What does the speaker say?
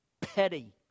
petty